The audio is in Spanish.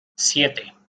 siete